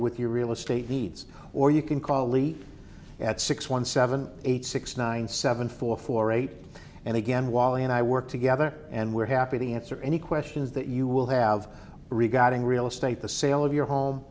with your real estate needs or you can call leap at six one seven eight six nine seven four four eight and again wally and i work together and we're happy to answer any questions that you will have regarding real estate the sale of your home